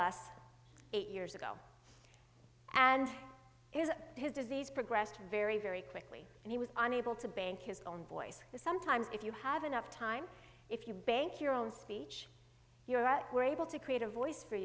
last eight years ago and his his disease progressed very very quickly and he was unable to bank his own voice the sometimes if you have enough time if you bank your own speech you're at were able to create a voice for